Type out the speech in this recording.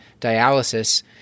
dialysis